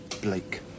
Blake